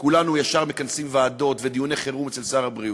וכולנו ישר מכנסים ועדות ודיוני חירום אצל שר הבריאות.